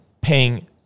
paying